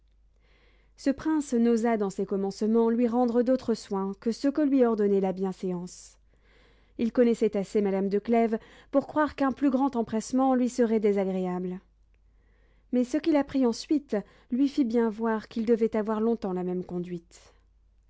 ce prince n'osa dans ces commencements lui rendre d'autres soins que ceux que lui ordonnait la bienséance il connaissait assez madame de clèves pour croire qu'un plus grand empressement lui serait désagréable mais ce qu'il apprit ensuite lui fit bien voir qu'il devait avoir longtemps la même conduite